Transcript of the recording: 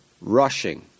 rushing